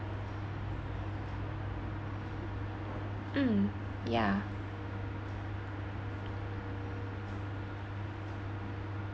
mm yeah